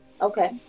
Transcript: Okay